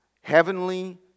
heavenly